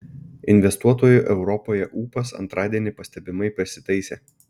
investuotojų europoje ūpas antradienį pastebimai pasitaisė